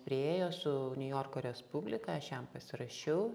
priėjo su niujorko respublika aš jam pasirašiau